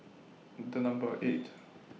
Number eight